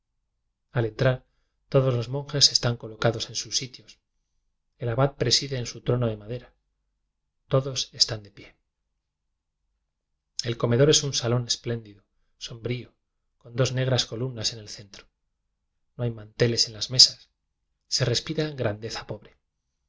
todos los monjes están coloca dos en sus sitios el abad preside en su trono de madera todos están de pie el comedor es un salón espléndido y sombrío con dos negras columnas en el centro no hay manteles en las mesas se respira grandeza